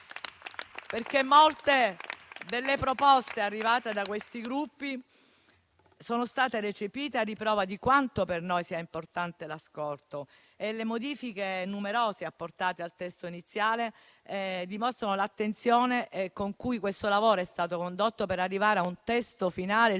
Molte delle proposte arrivate da quei gruppi sono state recepite, a riprova di quanto per noi sia importante l'ascolto. Le numerose modifiche apportate al testo iniziale dimostrano l'attenzione con cui questo lavoro è stato condotto, per arrivare a un testo finale il